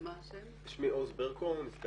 הדוח עסק